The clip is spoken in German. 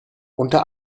unter